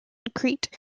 crete